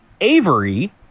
Avery